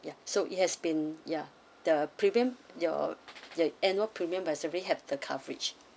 ya so it has been ya the premium your your annual premium does have the coverage